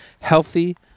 healthy